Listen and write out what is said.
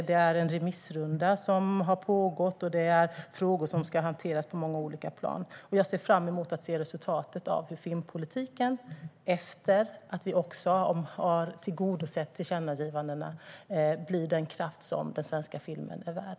Det har pågått en remissrunda, och det är frågor som ska hanteras på många olika plan. Jag ser fram emot resultatet av hur filmpolitiken, efter det att vi har tillgodosett tillkännagivandena, kan bli den kraft som den svenska filmen är värd.